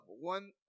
one